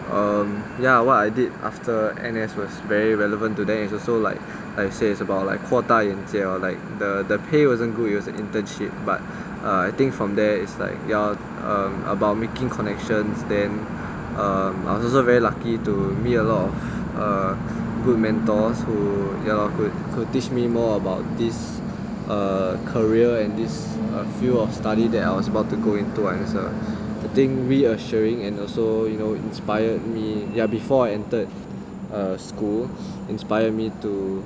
um ya what I did after N_S was very relevant today is also like I said about like 扩大眼界 or like the the pay wasn't good it was a internship but err I think from there it's like you're um about making connections than um I was also very lucky to meet a lot of um good mentors who you know who teach me more about this uh career and this a few of study that I was about to go in to answer the thing reassuring and also you know inspired me ya before I entered err school inspire me to